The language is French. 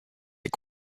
est